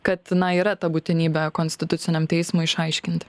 kad na yra ta būtinybė konstituciniam teismui išaiškinti